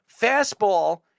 fastball